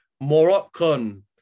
Moroccan